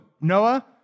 Noah